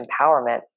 empowerment